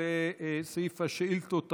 לסעיף השאילתות הרגילות.